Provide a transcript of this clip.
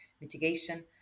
mitigation